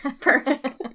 Perfect